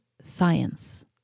Science